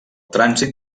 trànsit